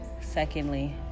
Secondly